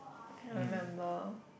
I can't remember